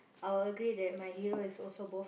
I will agree that my hero is also both